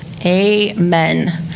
Amen